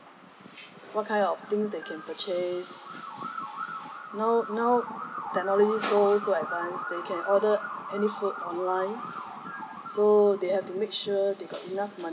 what kind of things they can purchase now now technology so advance they can order any food online so they have to make sure they got enough money